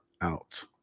out